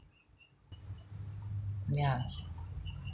mm ya